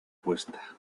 cuesta